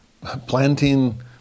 Planting